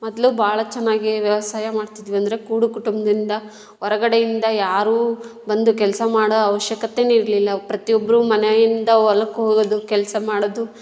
ಮೊದಲು ಭಾಳ ಚೆನ್ನಾಗಿ ವ್ಯವಸಾಯ ಮಾಡ್ತಿದ್ವಿ ಅಂದರೆ ಕೂಡು ಕುಟುಂಬದಿಂದ ಹೊರಗಡೆಯಿಂದ ಯಾರೂ ಬಂದು ಕೆಲಸ ಮಾಡುವ ಅವಶ್ಯಕತೇನೇ ಇರಲಿಲ್ಲ ಪ್ರತಿಯೊಬ್ಬರೂ ಮನೆಯಿಂದ ಹೊಲಕ್ ಹೋಗೋದು ಕೆಲಸ ಮಾಡೋದು